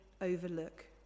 overlook